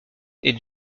est